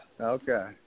Okay